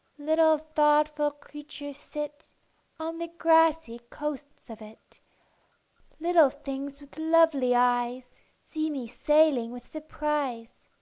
little thoughtful creatures sit on the grassy coasts of it little things with lovely eyes see me sailing with surprise.